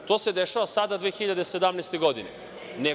To se dešava sada, 2017. godine.